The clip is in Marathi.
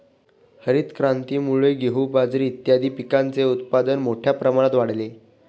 हरितक्रांतीमुळे गहू, बाजरी इत्यादीं पिकांचे उत्पादन मोठ्या प्रमाणात वाढले